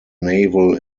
naval